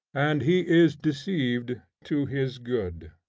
and he is deceived to his good.